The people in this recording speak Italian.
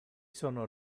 sono